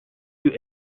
you